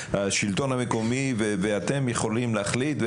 שהשלטון המקומי ואתם יכולים להחליט.